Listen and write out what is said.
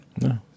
No